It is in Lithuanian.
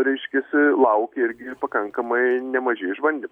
reiškiasi laukia irgi pakankamai nemaži išbandymai